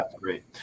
great